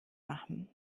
machen